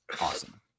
Awesome